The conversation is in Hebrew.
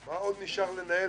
מה הייתה המילה?